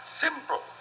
simple